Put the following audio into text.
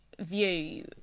view